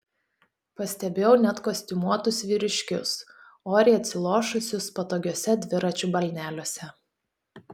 pastebėjau net kostiumuotus vyriškius oriai atsilošusius patogiuose dviračių balneliuose